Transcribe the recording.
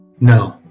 no